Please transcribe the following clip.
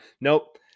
Nope